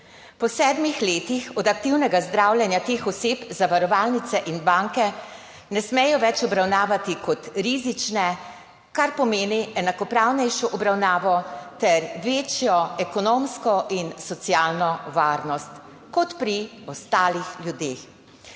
Po sedmih letih od aktivnega zdravljenja teh oseb zavarovalnice in banke ne smejo več obravnavati kot rizične, kar pomeni enakopravnejšo obravnavo ter večjo ekonomsko in socialno varnost kot pri ostalih ljudeh.